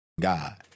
God